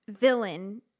villain